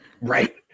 Right